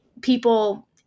people